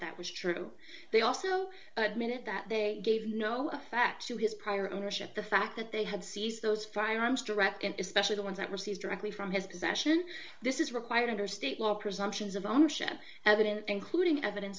that was true they also admitted that they gave no facts to his prior ownership the fact that they had seized those firearms direct and especially the ones that were seized directly from his possession this is required under state law presumptions of ownership evidence including evidence